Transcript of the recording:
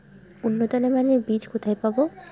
উন্নতমানের বীজ কোথায় পাব?